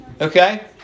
Okay